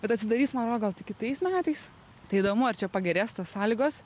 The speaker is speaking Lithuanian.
bet atsidarys man ro gal tik kitais metais tai įdomu ar čia pagerės tos sąlygos